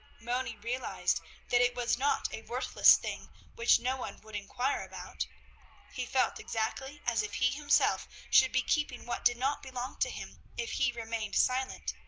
moni realized that it was not a worthless thing which no one would inquire about he felt exactly as if he himself should be keeping what did not belong to him if he remained silent.